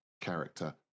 character